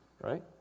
Right